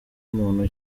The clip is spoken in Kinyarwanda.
muntu